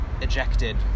ejected